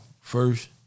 first